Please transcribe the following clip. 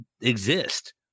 exist